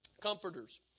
comforters